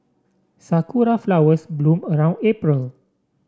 Sakura flowers bloom around April